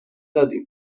دادیم